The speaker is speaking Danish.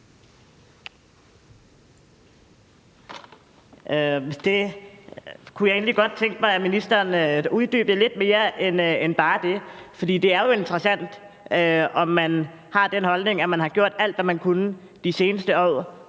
Det kunne jeg egentlig godt tænke mig at ministeren uddybede lidt mere end bare det. For det er jo interessant, om ministeren har den holdning, at man de seneste år har gjort alt, hvad man kunne, for